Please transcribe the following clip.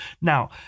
Now